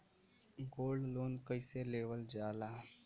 Gold loan कईसे लेवल जा ला?